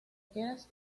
quieras